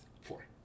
Four